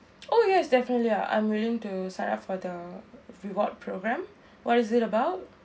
oh yes definitely I'm willing to sign up for the reward program what is it about